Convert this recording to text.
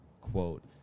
quote